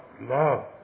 love